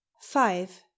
five